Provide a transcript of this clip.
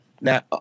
Now